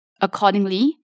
Accordingly